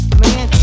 man